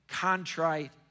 contrite